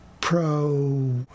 Pro